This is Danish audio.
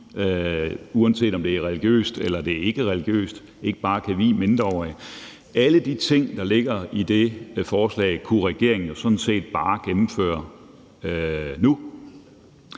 uanset om det er religiøst eller ikke er religiøst. Alle de ting, der ligger i det forslag, kunne regeringen jo sådan set bare gennemføre nu,